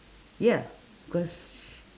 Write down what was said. ya cause